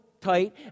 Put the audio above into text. tight